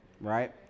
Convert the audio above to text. right